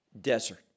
desert